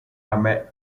ahmed